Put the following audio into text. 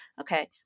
Okay